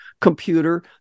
computer